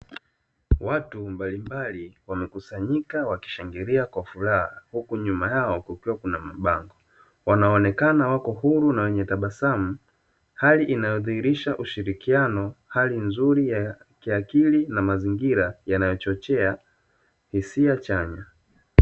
Watu mbalimbali wamekusanyika wakishangilia kwa furaha, huku nyuma yao kukiwa na mabango. Wanaonekana wako huru na wenye tabasamu, hali inayodhihirisha ushirikiano na utimamu kiakili. Mazingira hayo yanachochea hisia chanya.